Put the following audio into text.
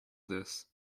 this